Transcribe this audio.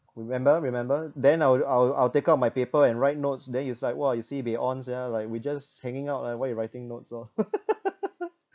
you remember remember then I'll I'll I'll take out my paper and write notes then you is like !wah! you sibeh ons sia like we just hanging out ah why you're writing notes lor